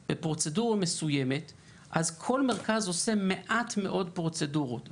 אני זומנתי ספציפית לדיון בנושא של TAVI,